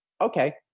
okay